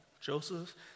Joseph